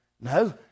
no